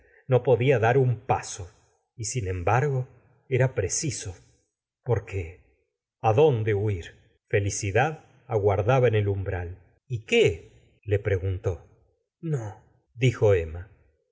no podia dar nn paso y sin embargo era preciso porque á dónde huir felicidad aguardaba en el umbral y qué le preguntó gustavo flaubert no dijo emma